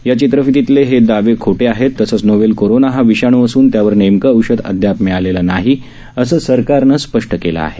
या चित्रफिततले हे दावे खोटे आहेत तसंच नोवेल कोरोना हा विषाण् असून त्यावर नेमकं औषध अद्याप मिळालेलं नाही असं सरकारनं स्पष्ट केलं आहे